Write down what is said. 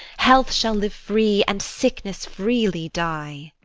health shall live free, and sickness freely die.